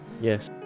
yes